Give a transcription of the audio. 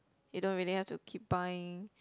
you don't really have to keep buying